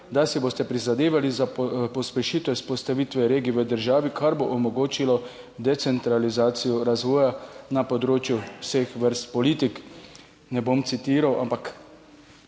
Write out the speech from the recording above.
da si boste prizadevali za pospešitev vzpostavitve regij v državi, kar bo omogočilo decentralizacijo razvoja na področju vseh vrst politik. Ne bom citiral, ampak